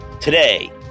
Today